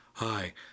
Hi